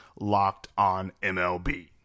LOCKEDONMLB